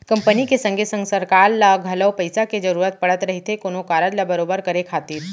company के संगे संग सरकार ल घलौ पइसा के जरूरत पड़त रहिथे कोनो कारज ल बरोबर करे खातिर